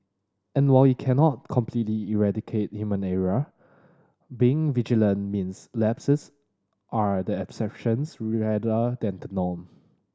and while it cannot completely eradicate human error being vigilant means lapses are the exceptions rather than the norm